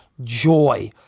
joy